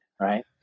Right